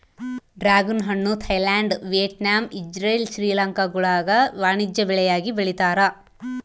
dragon ಹಣ್ಣು Thailand Vietnam Israel ಶ್ರೀಲಂಕಾಗುಳಾಗ ವಾಣಿಜ್ಯ ಬೆಳೆಯಾಗಿ ಬೆಳೀತಾರ